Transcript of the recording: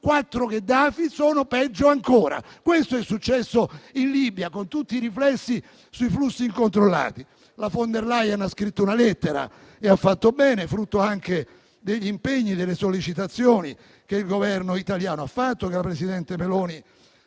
quattro Gheddafi sono peggio ancora: questo è successo in Libia, con tutti i riflessi sui flussi incontrollati. La von der Leyen ha scritto una lettera - e ha fatto bene - frutto anche degli impegni e delle sollecitazioni rivolti dal Governo italiano e dalla presidente Meloni: